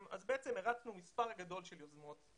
הרצנו מספר גדול של יוזמות.